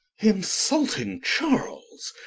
insulting charles,